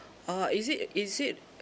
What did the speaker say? uh is it is it